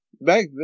Back